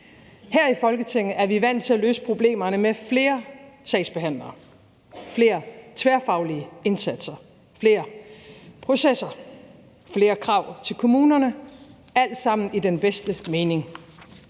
Her i Folketinget er vi vant til at løse problemerne med flere sagsbehandlere, flere tværfaglige indsatser, flere processer, flere krav til kommunerne – alt sammen i den bedste mening.